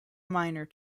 minor